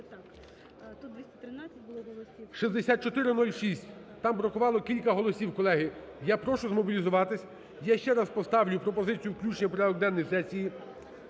6406. Там бракувало кілька голосів, колеги. Я прошу змобілізуватись. Я ще раз поставлю пропозицію включення в порядок денний сесії,